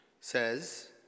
says